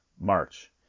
March